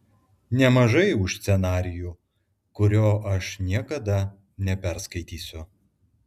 nemažai už scenarijų kurio aš niekada neperskaitysiu